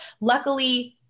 Luckily